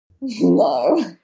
No